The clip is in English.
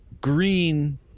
green